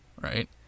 right